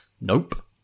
nope